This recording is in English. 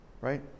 right